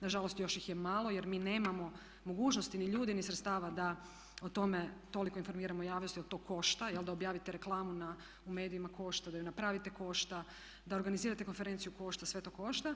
nažalost još ih je malo jer mi nemamo mogućnosti ni ljudi ni sredstava da o tome toliko informiramo javnost jer to košta, jel' da objavite reklamu u medijima košta, da ju napravite košta, da ju napravite košta, da organizirate konferenciju košta, sve to košta.